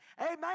amen